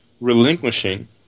relinquishing